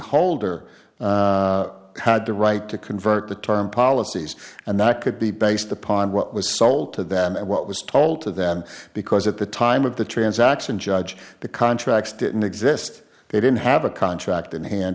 policyholder had the right to convert the term policies and that could be based upon what was sold to them at what was told to them because at the time of the transaction judge the contracts didn't exist they didn't have a contract in hand